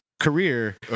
Career